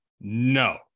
No